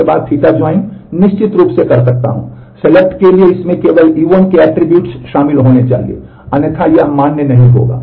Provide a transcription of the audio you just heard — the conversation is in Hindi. इसलिए मैं पहले सेलेक्ट शामिल होने चाहिए अन्यथा यह मान्य नहीं होगा